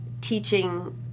teaching